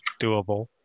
Doable